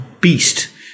beast